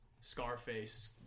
Scarface